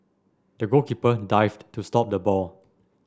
the goalkeeper dived to stop the ball